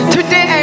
Today